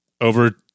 over